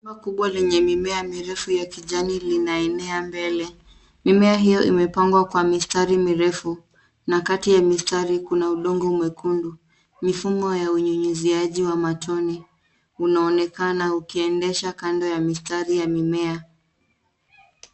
Shamba kubwa lenye mimea mirefu ya kijani linaenea mbele .Mimea hiyo imepangwa kwa mstari mirefu na kati ya mistari kuna udongo mwekundu. Mifumo ya unyunyuziaji wa matone unaonekana ukiendesha kando ya mistari ya mimea.